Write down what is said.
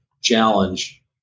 challenge